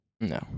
No